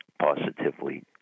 positively